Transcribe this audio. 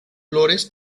flores